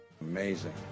Amazing